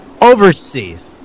Overseas